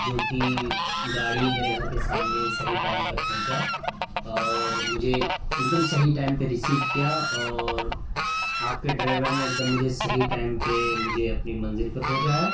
جو کہ گاڑی میرے گھر کے سامنے صحیح ٹائم پر پہنچا اور مجھے ایک دم صحیح ٹائم پہ ریسیو کیا اور آپ کے ڈرائیور نے ایک دم مجھے صحیح ٹائم پہ مجھے اپنی منزل پر پہنچایا